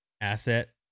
asset